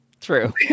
true